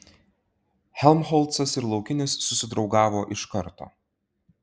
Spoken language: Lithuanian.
helmholcas ir laukinis susidraugavo iš karto